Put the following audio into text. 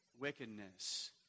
wickedness